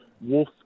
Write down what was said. Wolf